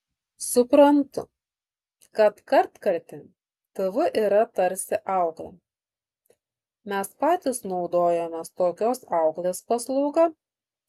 suprantu kad kartkartėm tv yra tarsi auklė mes patys naudojamės tokios auklės paslauga